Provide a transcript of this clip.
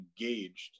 engaged